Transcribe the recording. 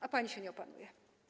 A pani się nie opanuje.